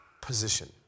position